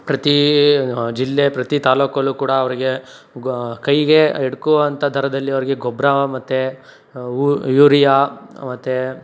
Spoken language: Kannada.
ಪ್ರತಿ ಜಿಲ್ಲೆ ಪ್ರತಿ ತಾಲೂಕಲ್ಲೂ ಕೂಡ ಅವ್ರಿಗೆ ಕೈಗೆ ಎಟಕುವಂಥ ದರದಲ್ಲಿ ಅವ್ರಿಗೆ ಗೊಬ್ಬರ ಮತ್ತು ಉ ಯೂರಿಯ ಮತ್ತು